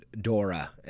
Dora